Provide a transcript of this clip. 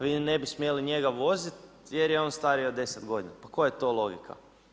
Vi ne bi smjeli njega voziti jer je on stariji od 10 godina, pa koja je to logika?